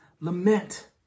lament